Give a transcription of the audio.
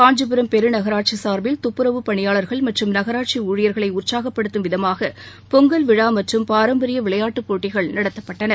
காஞ்சிபுரம் பெருநகராட்சி சார்பில் துப்புரவுப் பணியாளர்கள் மற்றும் நகராட்சி ஊழியர்களை உற்சாகப்படுத்தும் விதமாக பொங்கல் விழா மற்றும் பாரம்பரிய விளையாட்டுப் போட்டிகள் நடத்தப்பட்டன